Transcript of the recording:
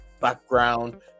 background